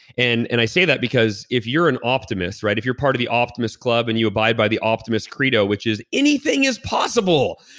and and i say that because if you're an optimist, if you're part of the optimist club and you abide by the optimist credo, which is anything is possible,